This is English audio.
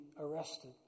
arrested